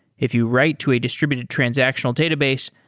if you write to a distributed transactional database,